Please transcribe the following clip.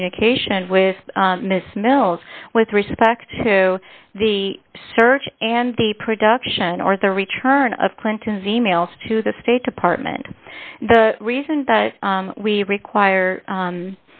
communication with miss mills with respect to the search and the production or the return of clinton's e mails to the state department the reason that we require